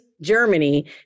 Germany